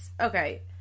okay